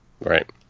Right